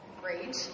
great